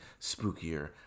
spookier